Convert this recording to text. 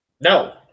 No